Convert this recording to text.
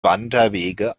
wanderwege